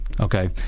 Okay